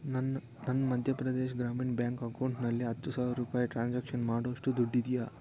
ನನ್ನ ನನ್ನ ಮಧ್ಯಪ್ರದೇಶ್ ಗ್ರಾಮೀಣ್ ಬ್ಯಾಂಕ್ ಅಕೌಂಟ್ನಲ್ಲಿ ಹತ್ತು ಸಾವಿರ ರೂಪಾಯಿ ಟ್ರಾನ್ಸಾಕ್ಷನ್ ಮಾಡೋಷ್ಟು ದುಡ್ಡಿದೆಯಾ